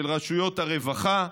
של רשויות הרווחה,